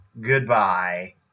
Goodbye